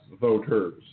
voters